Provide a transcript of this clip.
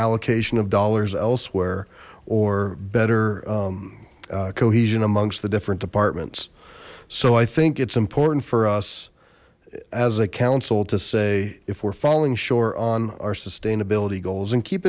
allocation of dollars elsewhere or better cohesion amongst the different departments so i think it's important for us as a council to say if we're falling short on our sustainability goals and keep